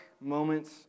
moments